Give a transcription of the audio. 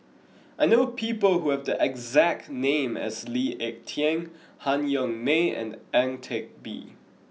I know people who have the exact name as Lee Ek Tieng Han Yong May and Ang Teck Bee